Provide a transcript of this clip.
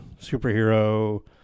superhero